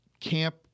camp